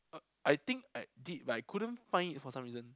I I think I did but I couldn't find it for some reason